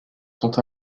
sont